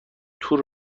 تور